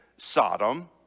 Sodom